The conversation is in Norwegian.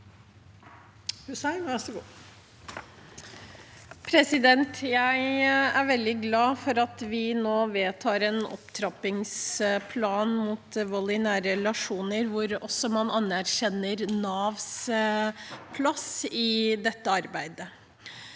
Jeg er veldig glad for at vi nå vedtar en opptrappingsplan mot vold i nære relasjoner hvor man også anerkjenner Navs plass i dette arbeidet.